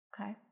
Okay